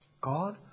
God